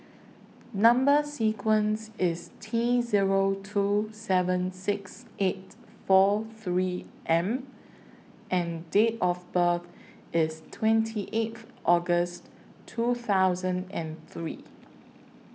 Number sequence IS T Zero two seven six eight four three M and Date of birth IS twenty eighth August two thousand and three